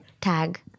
tag